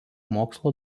mokslo